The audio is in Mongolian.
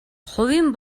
хувийн